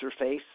interface